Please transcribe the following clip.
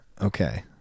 Okay